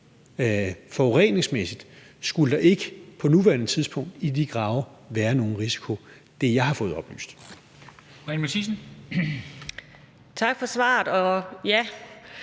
forureningsmæssigt skulle der ikke på nuværende tidspunkt være nogen risiko med de grave. Det er det, jeg har fået oplyst.